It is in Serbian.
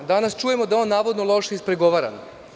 Danas čujemo da je on navodno loše ispregovaran.